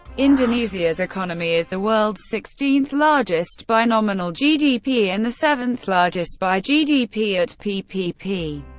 indonesia's economy is the world's sixteenth largest by nominal gdp and the seventh largest by gdp at ppp,